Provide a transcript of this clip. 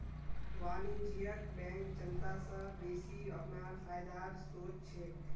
वाणिज्यिक बैंक जनता स बेसि अपनार फायदार सोच छेक